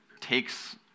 takes